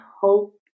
hope